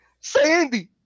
Sandy